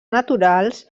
naturals